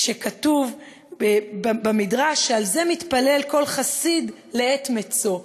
כשכתוב במדרש שעל זה יתפלל כל חסיד לעת מצוא?